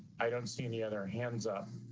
i don't see any other hands up.